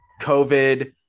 COVID